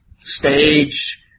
stage